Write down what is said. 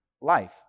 life